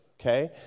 okay